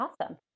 Awesome